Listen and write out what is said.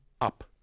up